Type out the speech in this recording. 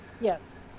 Yes